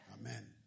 Amen